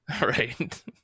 right